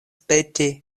peti